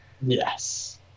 Yes